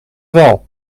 wel